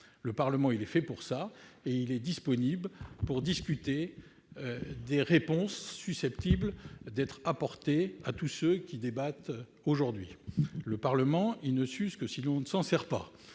le Parlement est fait pour cela et il est disponible pour discuter des réponses susceptibles d'être apportées à tous ceux qui débattent aujourd'hui. Le Parlement ne s'use que si l'on ne s'en sert pas